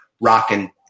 rocking